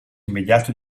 immediato